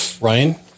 Ryan